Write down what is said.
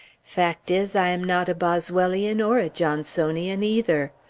fact is, i am not a boswellian, or a johnsonian, either.